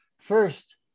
First